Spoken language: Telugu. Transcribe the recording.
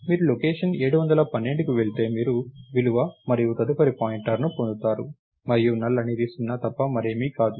మీరు లొకేషన్ 712కి వెళితే మీరు విలువ మరియు తదుపరి పాయింటర్ని పొందుతారు మరియు null అనేది 0 తప్ప మరేమీ కాదు